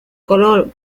color